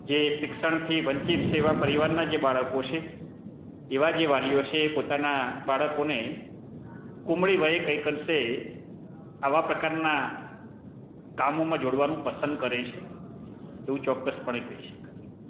જે શિક્ષણથી વંચિત છે એવા પરિવારનાં જે બાળકો છે એવા જે વાલીઓ છે એ પોતાના બાળકોને કુમળી વયે કંઈક અંશે આવા પ્રકારનાં કામોમાં જોડવાનું પસંદ કરે છે એવું ચોક્કસપણે કહી શકાય